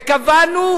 וקבענו,